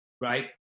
Right